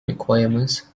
requirements